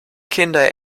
kinder